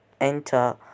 enter